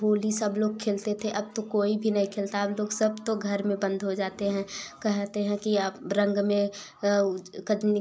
होली सब लोग खेलते थे अब तो कोई भी नहीं खेलता अब लोग सब तो घर में बंद हो जाते हैं कहते हैं कि आप रंग में ऊ कजनी